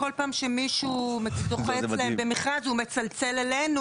כל פעם שמישהו זוכה להם במכרז,